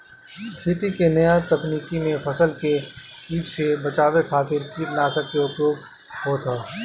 खेती के नया तकनीकी में फसल के कीट से बचावे खातिर कीटनाशक के उपयोग होत ह